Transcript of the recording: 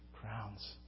crowns